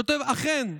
הוא כותב: "אכן,